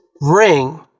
ring